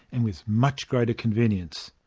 and with much greater convenience.